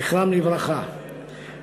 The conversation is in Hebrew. זכרם לברכם,